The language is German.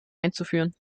einzuführen